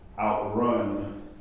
outrun